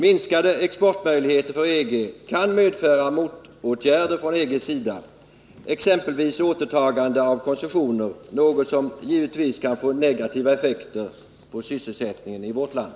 Minskade exportmöjligheter för EG kan medföra motåtgärder från EG:s sida, exempelvis återtagande av koncessioner, något som givetvis kan få negativa effekter på sysselsättningen i vårt land.